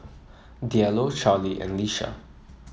Diallo Charley and Lisha